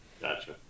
gotcha